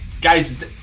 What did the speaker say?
Guys